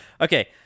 Okay